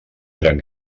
eren